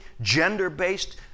gender-based